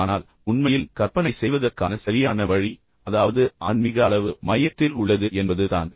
ஆனால் உண்மையில் கற்பனை செய்வதற்கான சரியான வழி அதாவது ஆன்மீக அளவு மையத்தில் உள்ளது என்பது தான்